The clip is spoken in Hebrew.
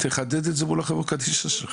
חדד את זה מול חברות הקדישא.